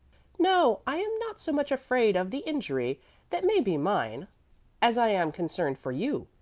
no, i am not so much afraid of the injury that may be mine as i am concerned for you.